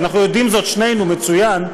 אנחנו יודעים זאת שנינו מצוין,